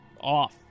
off